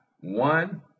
One